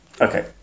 okay